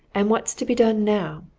and what's to be done, now?